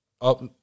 up